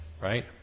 right